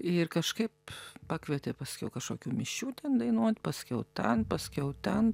ir kažkaip pakvietė paskiau kažkokių mišių ten dainuot paskiau ten paskiau ten